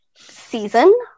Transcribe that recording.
season